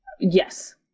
Yes